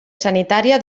sanitària